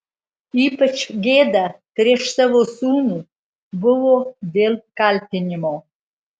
ypač gėda prieš savo sūnų buvo dėl kaltinimo